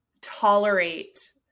tolerate